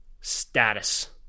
status